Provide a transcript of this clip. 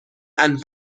and